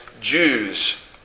Jews